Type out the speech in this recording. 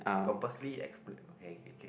purposely exp~ okay k k